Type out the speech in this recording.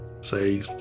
say